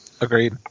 Agreed